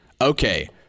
Okay